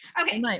Okay